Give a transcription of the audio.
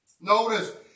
Notice